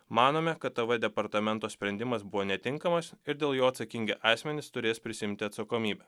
manome kad t v departamento sprendimas buvo netinkamas ir dėl jo atsakingi asmenys turės prisiimti atsakomybę